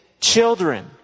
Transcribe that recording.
children